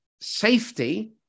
safety